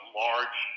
large